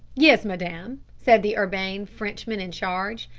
yes, madame, said the urbane frenchman in charge.